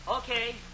Okay